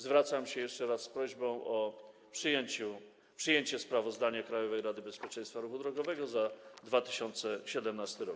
Zwracam się jeszcze raz z prośbą o przyjęcie sprawozdania Krajowej Rady Bezpieczeństwa Ruchu Drogowego za 2017 r.